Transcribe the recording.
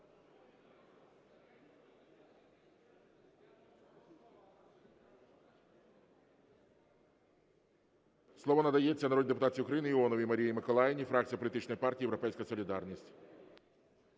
Слово надається народній депутатці України Іоновій Марії Миколаївні, фракція політичної партії "Європейська солідарність".